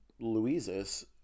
Louises